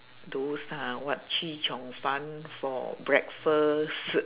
those uh what chee cheong fun for breakfast